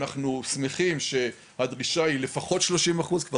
אנחנו שמחים שהדרישה היא לפחות שלושים אחוז כבר.